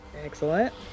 Excellent